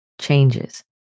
changes